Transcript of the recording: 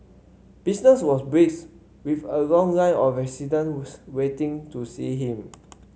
business was brisk with a long line of residents waiting to see him